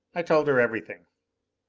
i told her everything.